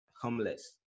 homeless